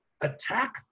attack